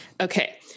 Okay